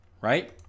right